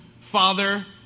father